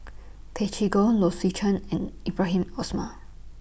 Tay Chee Toh Low Swee Chen and Ibrahim Osmar